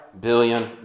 billion